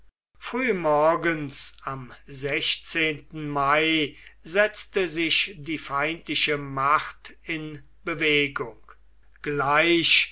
früh morgens am sechzehnten mai setzte sich die feindliche macht in bewegung gleich